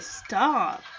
stop